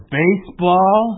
baseball